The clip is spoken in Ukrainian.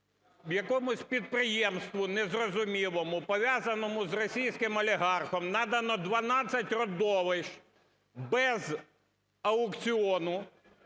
якомусь підприємству незрозумілому, пов'язаному з російським олігархом, надано 12 родовищ без аукціону,